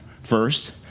first